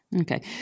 Okay